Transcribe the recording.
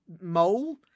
mole